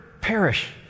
perish